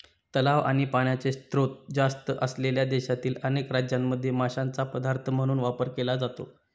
तलाव आणि पाण्याचे स्त्रोत जास्त असलेल्या देशातील अनेक राज्यांमध्ये माशांचा पदार्थ म्हणून वापर केला जातो